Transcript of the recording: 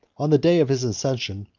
on the day of his accession,